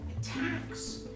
attacks